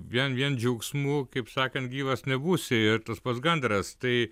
vien vien džiaugsmu kaip sakan gyvas nebūsi ir tas pats gandras tai